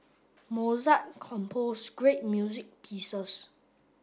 Mozart composed great music pieces